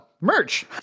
merch